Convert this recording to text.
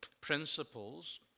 principles